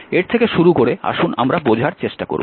এর থেকে শুরু করে আসুন আমরা বোঝার চেষ্টা করব